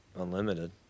unlimited